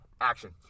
Action